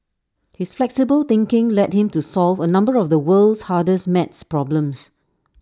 his flexible thinking led him to solve A number of the world's hardest math problems